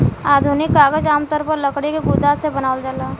आधुनिक कागज आमतौर पर लकड़ी के गुदा से बनावल जाला